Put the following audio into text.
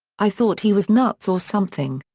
i thought he was nuts or something!